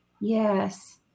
yes